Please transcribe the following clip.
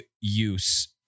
use